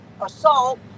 Assault